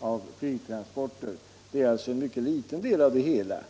av flygtransporter. Flyget svarar alltså för en mycket liten del av det hela.